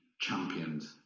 championed